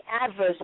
adverse